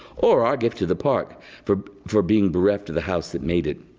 or our gift to the park for for being bereft of the house that made it.